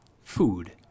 food